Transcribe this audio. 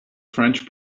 french